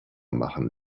machen